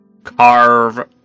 carve